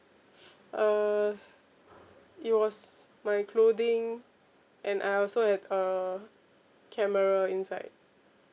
uh it was my clothing and I also had uh camera inside